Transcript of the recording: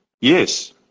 Yes